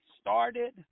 started